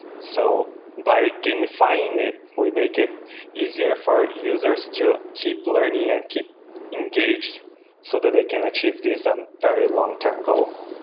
so by gamifying it, we make it easier for our users to keep learning and keep engaged so that it can achieve this and very long term goal